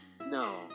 No